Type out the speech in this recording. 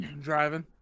driving